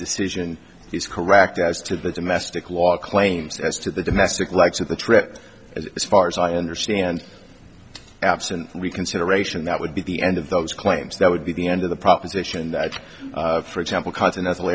decision is correct as to the domestic law claims as to the domestic likes of the trip as far as i understand absent reconsideration that would be the end of those claims that would be the end of the proposition that for example continental